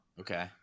Okay